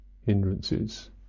hindrances